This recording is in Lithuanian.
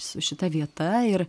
su šita vieta ir